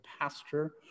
pastor